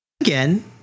Again